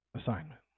assignment